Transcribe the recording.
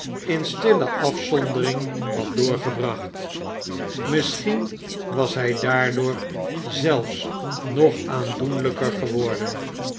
in stille afzondering had doorgebracht misschien was hij daardoor zelfs nog aandoenlijker geworden